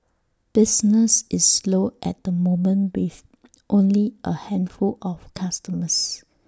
business is slow at the moment with only A handful of customers